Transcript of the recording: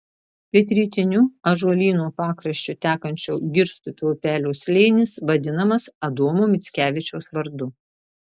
pietrytiniu ąžuolyno pakraščiu tekančio girstupio upelio slėnis vadinamas adomo mickevičiaus vardu